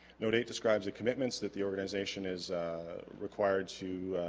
note eight describes the commitments that the organization is required to